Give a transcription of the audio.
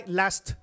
last